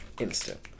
Instant